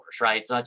right